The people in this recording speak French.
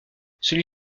celui